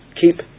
Keep